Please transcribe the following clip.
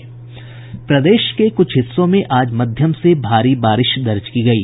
प्रदेश के कुछ हिस्सों में आज मध्यम से भारी बारिश दर्ज की गयी